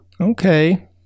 okay